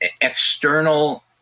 external